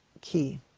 key